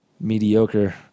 mediocre